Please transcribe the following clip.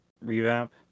revamp